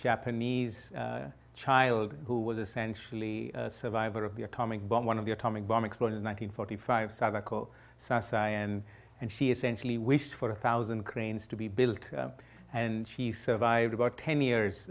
japanese child who was essentially a survivor of the atomic bomb one of the atomic bomb explosion one hundred forty five cycle society and and she essentially wished for a thousand cranes to be built and she survived about ten years